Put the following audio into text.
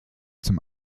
zum